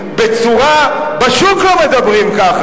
אבל אתם מדברים בצורה, פשוט לא מדברים ככה.